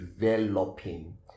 developing